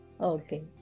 okay